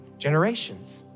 generations